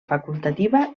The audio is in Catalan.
facultativa